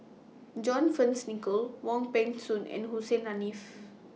John Fearns Nicoll Wong Peng Soon and Hussein Haniff